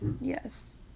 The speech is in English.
Yes